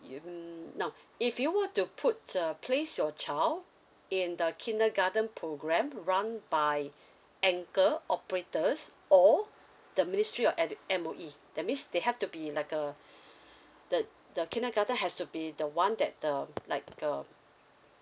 you b~ now if you were to put uh place your child in the kindergarten program run by anchor operators r the ministry of edu~ M_O_E that means they have to be like a the the kindergarten has to be the one that uh like uh